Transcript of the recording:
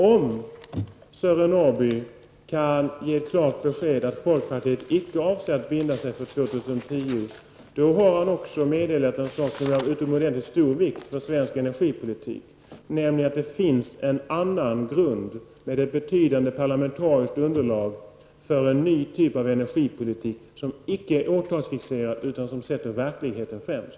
Om Sören Norrby kan ge ett klart besked att folkpartiet icke avser att binda sig för 2010, då har han också meddelat en sak som är av utomordentligt stor vikt för svensk energipolitik, nämligen att det finns en grund -- med ett betydande parlamentariskt underlag -- för en ny typ av energipolitik, som icke är årtalsfixerad utan som sätter verkligheten främst.